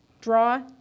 Draw